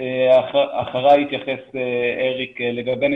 אחריי יתייחס אריק לגבי נתונים.